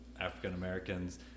african-americans